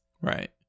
Right